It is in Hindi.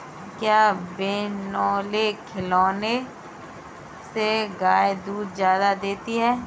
क्या बिनोले खिलाने से गाय दूध ज्यादा देती है?